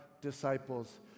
disciples